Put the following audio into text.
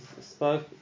spoke